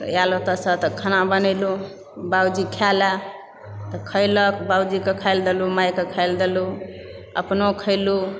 तऽ आयल ओतएसँ तऽ खाना बनेलूँ बाबूजी खाय लऽ तऽ खयलक बाबूजीकेँ खायलऽ देलुँ मायके खायलऽ देलुँ अपनो खेलुँ